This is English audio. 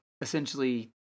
essentially